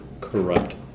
corrupt